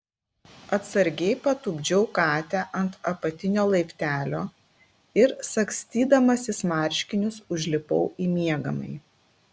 atsargiai patupdžiau katę ant apatinio laiptelio ir sagstydamasis marškinius užlipau į miegamąjį